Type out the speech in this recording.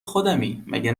خودمی، مگه